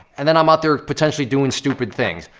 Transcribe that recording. and then i'm out there potentially doing stupid things.